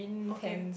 okay